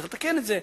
צריך לתקן את זה,